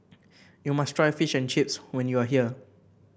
you must try Fish and Chips when you are here